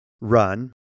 run